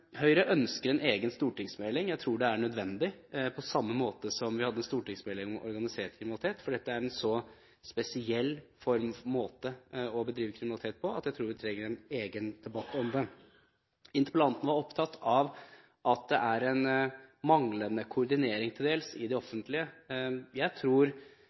Høyre ønsker en egen stortingsmelding. Jeg tror det er nødvendig, på samme måte som det var nødvendig med en stortingsmelding om organisert kriminalitet. Fordi dette er en så spesiell måte å bedrive kriminalitet på, tror jeg vi trenger en egen debatt om det. Interpellanten var opptatt av at det er en manglende koordinering, til dels, i det offentlige. Jeg tror